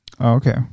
Okay